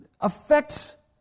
affects